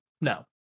No